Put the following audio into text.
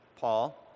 Paul